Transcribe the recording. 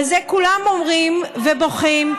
על זה כולם אומרים ובוכים.